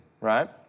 right